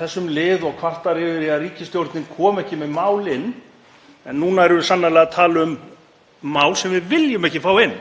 þessum lið og kvartar yfir því að ríkisstjórnin komi ekki með mál inn en núna erum við sannarlega að tala um mál sem við viljum ekki fá inn.